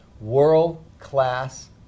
world-class